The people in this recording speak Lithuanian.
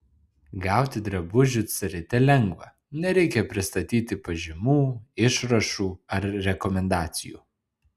gauti drabužių carite lengva nereikia pristatyti pažymų išrašų ar rekomendacijų